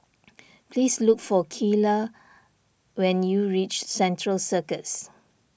please look for Keila when you reach Central Circus